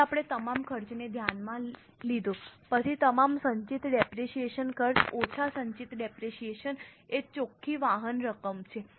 તેથી આપણે તમામ ખર્ચને ધ્યાનમાં લીધો પછી તમામ સંચિત ડેપરેશીયેશન ખર્ચ ઓછા સંચિત ડેપરેશીયેશન એ ચોખ્ખી વહન રકમ છે